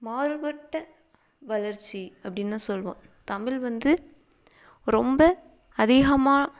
மாறுப்பட்ட வளர்ச்சி அப்படின்னு தான் சொல்வோம் தமிழ் வந்து ரொம்ப அதிகமாக